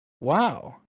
Wow